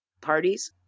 parties